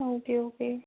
okay okay